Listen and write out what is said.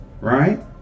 right